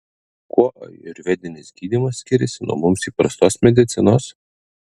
kuo ajurvedinis gydymas skiriasi nuo mums įprastos medicinos